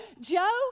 Joe